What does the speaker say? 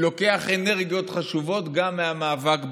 לוקח אנרגיות חשובות גם מהמאבק בקורונה.